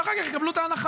ואחר כך יקבלו את ההנחה.